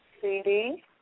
CD